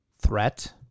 threat